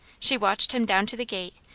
she watched him down to the gate,